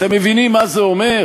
אתם מבינים מה זה אומר?